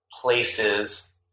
places